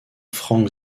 frank